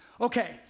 Okay